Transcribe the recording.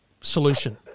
solution